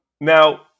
Now